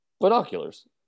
Binoculars